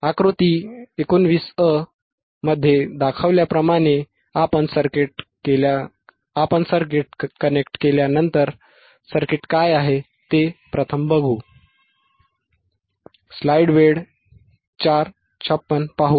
आकृती 19a मध्ये दाखवल्याप्रमाणे आपण सर्किट कनेक्ट केल्यानंतर सर्किट काय आहे ते प्रथम पाहू